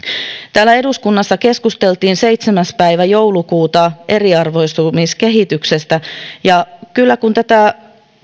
täällä eduskunnassa keskusteltiin seitsemäs päivä joulukuuta eriarvoistumiskehityksestä ja kun tätä